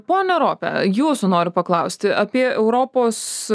pone rope jūsų noriu paklausti apie europos